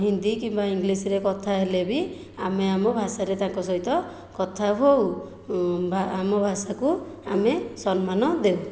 ହିନ୍ଦୀ କିମ୍ବା ଇଙ୍ଗ୍ଲିଶରେ କଥା ହେଲେବି ଆମେ ଆମ ଭାଷାରେ ତାଙ୍କ ସହିତ କଥା ହେଉ ଆମ ଭାଷାକୁ ଆମେ ସମ୍ମାନ ଦେଉ